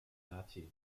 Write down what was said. lahti